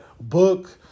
Book